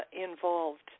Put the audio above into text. involved